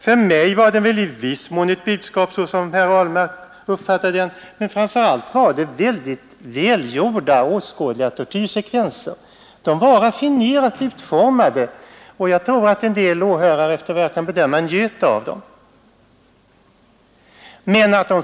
För mig var den väl i viss mån ett budskap 20 april 1972 — så som herr Ahlmark också uppfattade den — men framför allt var det ——— mycket välgjorda och åskådliga tortyrsekvenser. De var raffinerat Avskaffande av film utformade, och efter vad jag kan bedöma njöt en del åhörare av dem.